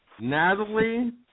Natalie